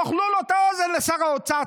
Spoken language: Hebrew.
תאכלו לו את האוזן, לשר האוצר.